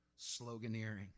sloganeering